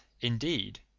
indeed